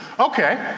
okay,